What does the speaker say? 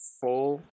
full